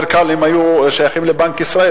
היה יותר קל אם הם היו שייכים לבנק ישראל,